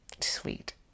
sweet